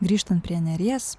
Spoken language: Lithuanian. grįžtant prie neries